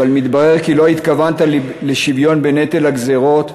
אבל מתברר כי לא התכוונת לשוויון בנטל הגזירות,